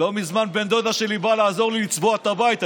לא מזמן בן דודה שלי בא לעזור לי לצבוע את הבית.